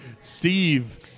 Steve